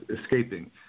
escaping